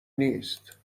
نیست